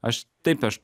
aš taip aš